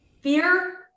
Fear